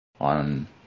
on